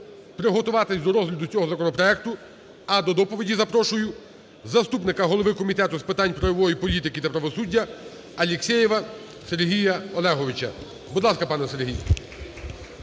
приготуватися до розгляду цього законопроекту. А до доповіді запрошую заступника голови Комітету з питань правової політики та правосуддя Алєксєєва Сергія Олеговича. Будь ласка, пане Сергій.